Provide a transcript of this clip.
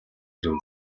ирэв